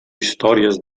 històries